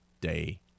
day